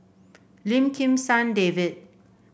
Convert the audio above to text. Lim Kim San David